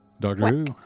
Doctor